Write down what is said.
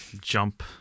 Jump